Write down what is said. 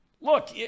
look